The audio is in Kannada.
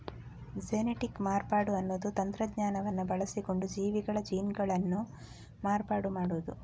ಜೆನೆಟಿಕ್ ಮಾರ್ಪಾಡು ಅನ್ನುದು ತಂತ್ರಜ್ಞಾನವನ್ನ ಬಳಸಿಕೊಂಡು ಜೀವಿಗಳ ಜೀನ್ಗಳನ್ನ ಮಾರ್ಪಾಡು ಮಾಡುದು